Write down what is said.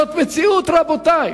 זאת המציאות, רבותי.